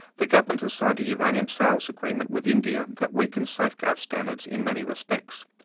the government has signed a uranium sales agreement with india that weakens safeguards standards in many respects.